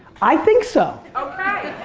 i think so. okay.